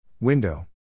Window